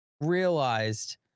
realized